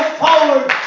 forward